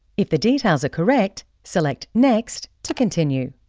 if the details are correct, select next to continue.